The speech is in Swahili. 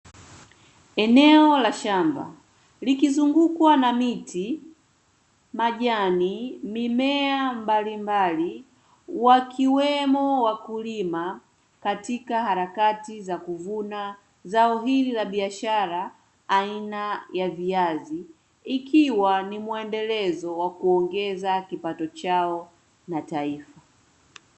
Eneo la shamba likizungukwa na miti, majani, mimea mbalimbali, wakiwemo wakulima katika harakati za kuvuna zao hili la biashara aina ya viazi, ikiwa ni muendelezo wa kuongeza kipato chao na taifa.